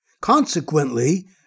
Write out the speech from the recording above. Consequently